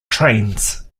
trains